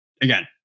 again